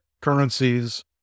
currencies